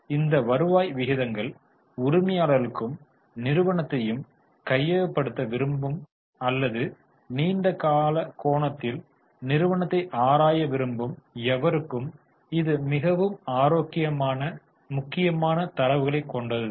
இந்த வருவாய் விகிதங்கள் உரிமையாளர்களுக்கும் நிறுவனத்தையும் கையகப்படுத்த விரும்பும் அல்லது நீண்ட கால கோணத்தில் நிறுவனத்தைப் ஆராய விரும்பும் எவருக்கும் இது மிகவும் முக்கியமான தரவுகளை கொண்டது தான்